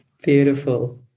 beautiful